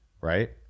right